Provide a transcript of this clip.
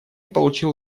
получил